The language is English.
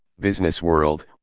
business world,